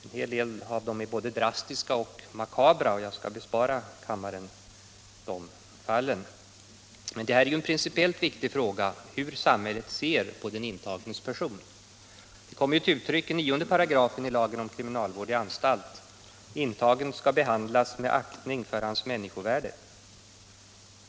En hel del av dem är både drastiska och makabra men jag skall bespara kammaren en redogörelse för dem. Det är en principiellt viktig fråga hur samhället ser på den intagnes person. Det kommer bl.a. till uttryck i 9 § lagen om kriminalvård i anstalt: ”Intagen skall behandlas med aktning för hans människovärde.